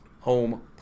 home